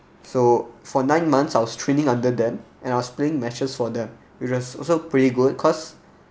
so for nine months I was training under them and I was playing matches for the various also pretty good cause